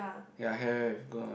ya have have have go ah